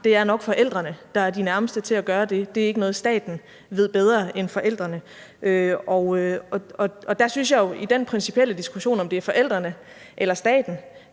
at det nok er forældrene, der er de nærmeste til at bestemme et barns navn. Det er ikke noget, som staten ved bedre end forældrene. Der synes jeg jo i den principielle diskussion, om det er forældrene eller staten,